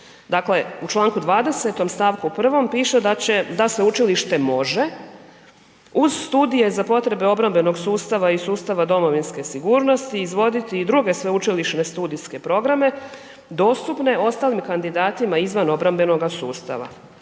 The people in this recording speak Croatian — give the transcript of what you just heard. Dakle, u čl. 20. stavku 1., piše da se sveučilište može uz studije za potrebe obrambenog sustava i sustava domovinske sigurnosti izvoditi i druge sveučilišne studijske programe dostupne ostalim kandidatima izvan obrambenoga sustava.